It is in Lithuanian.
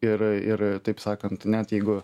ir ir taip sakant net jeigu